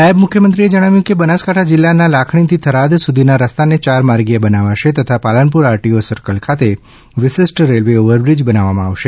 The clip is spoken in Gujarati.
નાયબ મુખ્યમંત્રીએ જણાવ્યું કે બનાસકાંઠા જિલ્લાના લાખણીથી થરાદ સુધીના રસ્તાને ચારમાર્ગીય બનાવાશે તથા પાલનપુર આરટીઓ સર્કલ ખાતે વિશિષ્ટ રેલવે ઓવરબ્રિજ બનાવવામાં આવશે